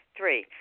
Three